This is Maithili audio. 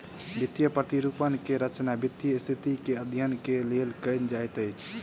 वित्तीय प्रतिरूपण के रचना वित्तीय स्थिति के अध्ययन के लेल कयल जाइत अछि